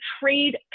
trade